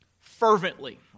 fervently